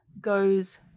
goes